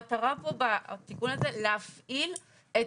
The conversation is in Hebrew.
המטרה פה בתיקון הזה היא להפעיל את